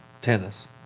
tennis